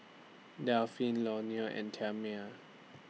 Delphine Leonor and Thelma